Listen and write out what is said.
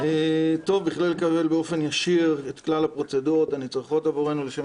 "בכדי לקבל באופן ישיר את כלל הפרוצדורות הנצרכות עבורנו ---"